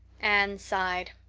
anne sighed.